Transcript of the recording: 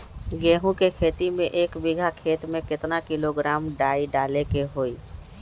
गेहूं के खेती में एक बीघा खेत में केतना किलोग्राम डाई डाले के होई?